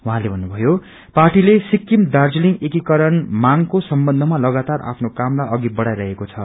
उहाँले भन्नु भयो पार्टीले सिक्किम दार्जीलिङ एकिकरण मांगको सम्बन्धमा लगातार आफ्नो कामलाई अघि बढ़ाई रहेको छ